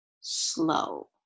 slow